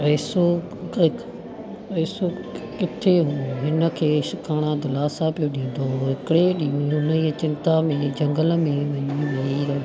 पैसो पैसो किथे बि न खेसि घाणा दिलासा पियो ॾींदो हुओ हिकिड़े ॾींहुं हुनजी चिंता में झंगल में वञी वेई रहियो